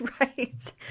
Right